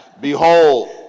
Behold